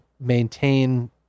maintain